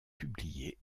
publier